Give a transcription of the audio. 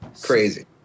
Crazy